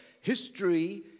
history